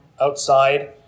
outside